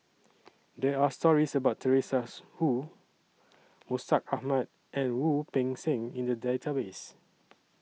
There Are stories about Teresa Hsu Mustaq Ahmad and Wu Peng Seng in The Database